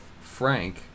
frank